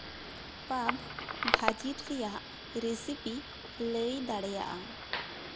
ᱯᱟᱣ ᱵᱷᱟᱹᱡᱤ ᱨᱮᱭᱟᱜ ᱨᱮᱥᱤᱯᱤ ᱞᱟᱹᱭ ᱫᱟᱲᱮᱭᱟᱜᱼᱟ